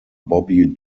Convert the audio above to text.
bobby